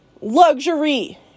luxury